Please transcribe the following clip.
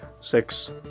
Six